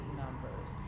numbers